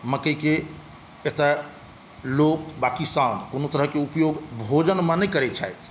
मकइ के एतऽ लोक बा किसान कोनो तरह के ऊपयोग भोजन मे नहि करै छथि